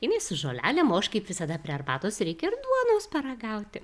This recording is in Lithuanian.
jinai su žolelėm o aš kaip visada prie arbatos reikia ir duonos paragauti